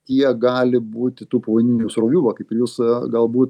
tie gali būti tų povandeninių srovių va kaip jūs galbūt